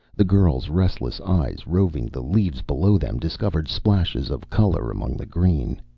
the girl's restless eyes, roving the leaves below them, discovered splashes of color among the green.